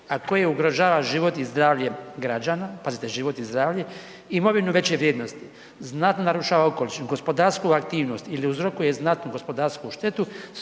a koje ugrožava život i zdravlje građana, pazite život i zdravlje, imovinu veće vrijednosti znatno narušava okoliš, gospodarsku aktivnost ili uzrokuje znatnu gospodarsku štetu